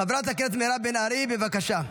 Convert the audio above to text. חברת הכנסת מירב בן ארי, בבקשה.